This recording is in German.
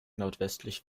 nordwestlich